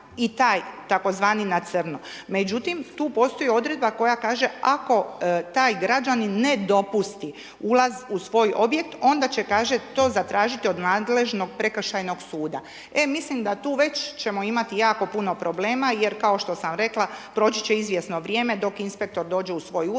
i taj tzv. na crno. Međutim tu postoji odredba koja kaže, ako taj građanin ne dopusti ulaz u svoj objekt, onda će kaže, to zatražiti od nadležnog prekršajnog suda. E mislim da tu već ćemo imati jako puno problema jer kao što sam rekla, proći će izvjesno vrijeme dok inspektor dođe u svoj ured,